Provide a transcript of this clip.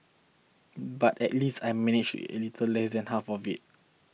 but at least I manage a little less than half of it